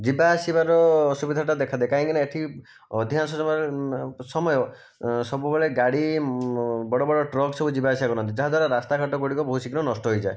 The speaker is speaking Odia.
ଯିବା ଆସିବାର ସୁବିଧା ଟା ଦେଖା ଦିଏ କାହିଁକି ନା ଏଠି ଅଧିକାଂଶ ସମୟ ସବୁବେଳେ ଗାଡ଼ି ବଡ଼ ବଡ଼ ଟ୍ରକ ସବୁ ଯିବା ଆସିବା କରନ୍ତି ଯାହାଦ୍ୱାରା ରାସ୍ତାଘାଟ ଗୁଡ଼ିକ ବହୁତ ଶୀଘ୍ର ନଷ୍ଟ ହୋଇଯାଏ